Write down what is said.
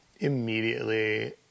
Immediately